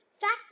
Fact